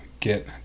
get